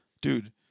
dude